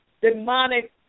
demonic